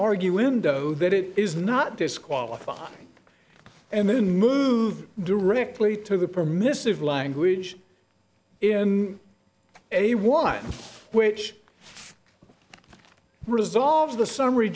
argue window that it is not disqualified and then move directly to the permissive language in a while which resolve the summary